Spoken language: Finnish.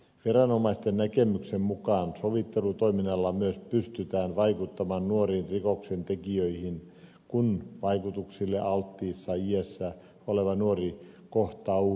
viranomaisten näkemyksen mukaan sovittelutoiminnalla myös pystytään vaikuttamaan nuoriin rikoksentekijöihin kun vaikutuksille alttiissa iässä oleva nuori kohtaa uhrinsa